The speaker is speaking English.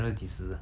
蛋糕